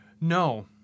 No